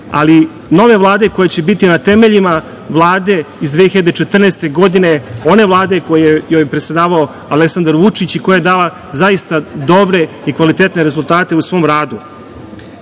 ali nove vlade koja će biti na temeljima vlade iz 2014. godine, one vlade kojom je predsedavao Aleksandar Vučić i koja je dala zaista dobre i kvalitetne rezultate u svom radu. To